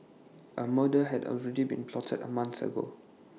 A murder had already been plotted A month ago